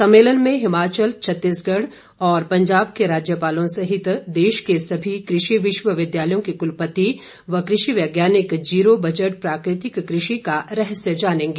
सम्मेलन में हिमाचल छत्तीसगढ़ और पंजाब के राज्यपालों सहित देश के सभी कृषि विश्व विद्यालयों के कुलपति व कृषि वैज्ञानिक जीरों बजट प्राकृतिक कृषि का रहस्य जानेंगे